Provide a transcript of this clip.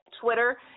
Twitter